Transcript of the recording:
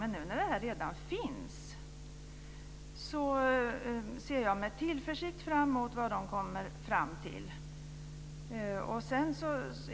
Nu finns utredningen redan, och jag ser med tillförsikt fram emot vad utredningen kommer fram till.